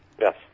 Yes